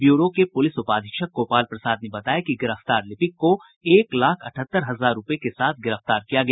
bureau के पुलिस उपाधीक्षक गोपाल प्रसाद ने बताया कि गिरफ्तार लिपिक को एक लाख अठहत्तर हजार रूपये के साथ गिरफ्तार किया गया